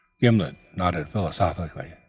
gimblet nodded philosophically.